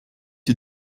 est